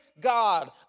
God